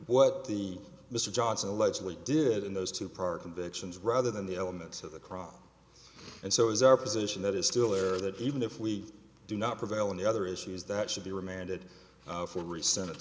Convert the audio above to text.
what the mr johnson allegedly did in those two prior convictions rather than the elements of the crime and so is our position that is still there that even if we do not prevail on the other issues that should be remanded for recent it